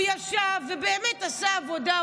הוא ישב ובאמת עשה עבודה,